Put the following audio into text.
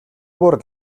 бүр